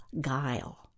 guile